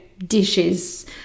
Dishes